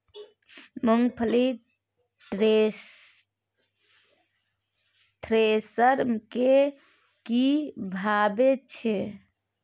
मूंगफली थ्रेसर के की भाव छै?